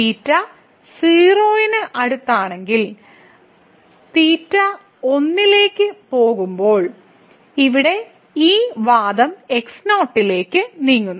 0 ന് അടുത്താണെങ്കിൽ ഒന്നിലേക്ക് പോകുമ്പോൾ ഇവിടെ ഈ വാദം x0 ലേക്ക് നീങ്ങുന്നു